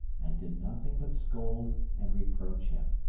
and did nothing but scold and reproach him.